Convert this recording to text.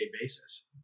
basis